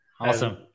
Awesome